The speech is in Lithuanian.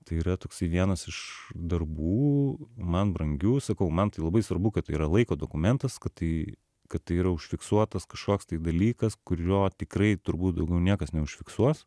tai yra toksai vienas iš darbų man brangių sakau man tai labai svarbu kad tai yra laiko dokumentas kad tai kad tai yra užfiksuotas kažkoks tai dalykas kurio tikrai turbūt daugiau niekas neužfiksuos